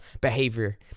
behavior